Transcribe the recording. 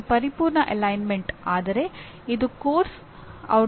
ಅದು ಎನ್ಬಿಎ ಮಾನ್ಯತೆಯಾಗಿರಬಹುದು